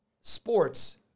sports